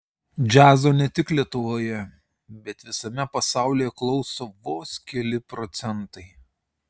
džiazo ne tik lietuvoje bet visame pasaulyje klauso vos keli procentai